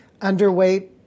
underweight